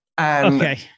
Okay